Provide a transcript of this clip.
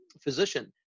physician